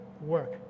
work